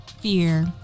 fear